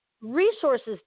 resources